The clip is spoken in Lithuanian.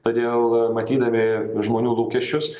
todėl matydami žmonių lūkesčius